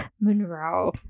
Monroe